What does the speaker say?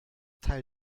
teil